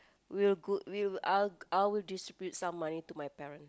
we will good we will I'll I will distribute some money to my parent